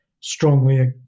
strongly